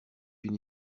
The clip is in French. une